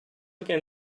again